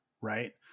right